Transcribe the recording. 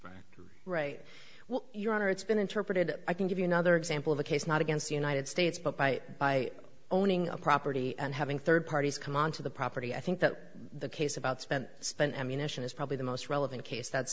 news right well your honor it's been interpreted i can give you another example of a case not against the united states but by owning a property and having third parties come onto the property i think that the case about spent spent ammunition is probably the most relevant case that's